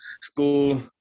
school